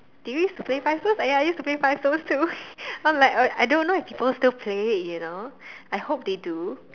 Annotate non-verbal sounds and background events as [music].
did you use to play five stones ya I used to play five stones too [laughs] I'm like I I don't know if people still play it you know I hope they do